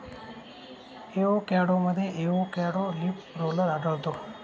एवोकॅडोमध्ये avocado leaf roller आढळतो